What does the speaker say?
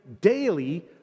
daily